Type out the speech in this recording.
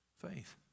Faith